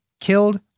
killed